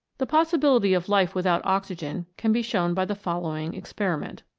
the possibility of life without oxygen can be shown by the following experiment.